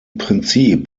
prinzip